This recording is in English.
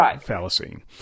fallacy